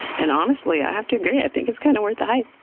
and honestly, i have to agree, i think it's kind of worth the hype.